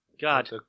God